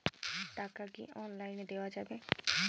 টাকা কি অনলাইনে দেওয়া যাবে?